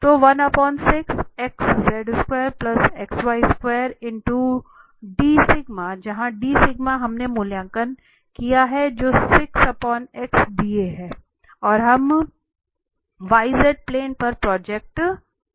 तो जहाँ हमने मूल्यांकन किया है जो है और हम yz प्लेन पर प्रोजेक्ट कर रहे हैं